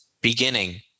beginning